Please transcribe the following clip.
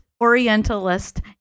Orientalist